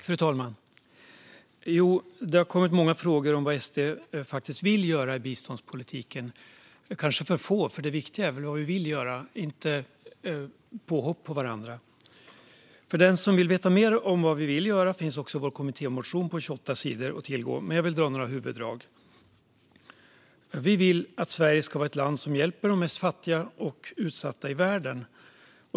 Fru talman! Det har kommit många frågor om vad SD faktiskt vill göra i biståndspolitiken - kanske för få, för det viktiga är väl vad vi vill göra och inte att vi hoppar på varandra. För den som vill veta mer om vad vi vill göra finns vår kommittémotion på 28 sidor att tillgå, men jag vill redogöra för några huvuddrag. Vi vill att Sverige ska vara ett land som hjälper de mest fattiga och utsatta i världen.